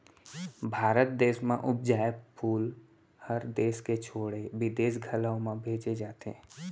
भारत देस म उपजाए फूल हर देस के छोड़े बिदेस घलौ म भेजे जाथे